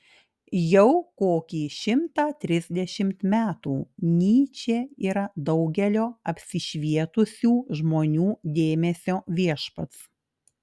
jau kokį šimtą trisdešimt metų nyčė yra daugelio apsišvietusių žmonių dėmesio viešpats